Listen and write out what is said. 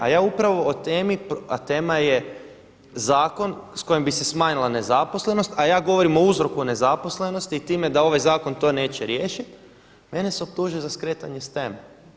A ja upravo o temi, a tema je zakon s kojim bi se smanjila nezaposlenost, a ja govorim o uzroku nezaposlenosti i time da ovaj zakon to neće riješiti, mene se optužuje za skretanje s teme.